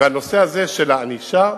והנושא הזה של הענישה,